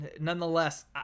nonetheless